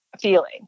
feeling